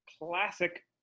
classic